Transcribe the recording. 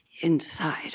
inside